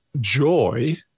joy